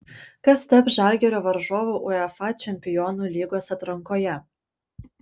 kas taps žalgirio varžovu uefa čempionų lygos atrankoje